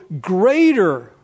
greater